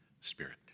spirit